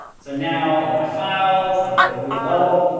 so now, in my files, i'm at the root level.